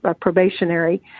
probationary